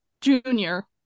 Junior